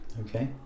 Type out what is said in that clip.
okay